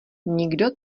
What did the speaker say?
nikdo